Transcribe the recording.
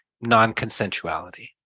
non-consensuality